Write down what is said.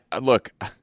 look